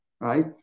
Right